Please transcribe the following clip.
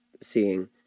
seeing